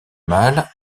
mal